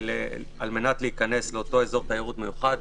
על מנת להיכנס לאותו אזור תיירות מיוחד,